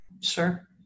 Sure